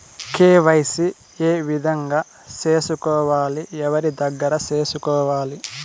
KYC ఏ విధంగా సేసుకోవాలి? ఎవరి దగ్గర సేసుకోవాలి?